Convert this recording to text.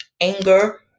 anger